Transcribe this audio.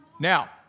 Now